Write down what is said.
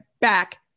back